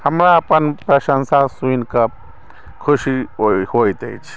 हमरा अपन प्रशंसा सुनि कऽ खुशी होइत अछि